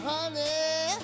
Honey